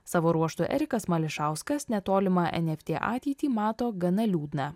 savo ruožtu erikas mališauskas netolimą eft ateitį mato gana liūdną